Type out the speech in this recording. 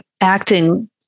acting